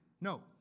No